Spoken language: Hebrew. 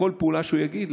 בכל פעולה שהוא יגיד,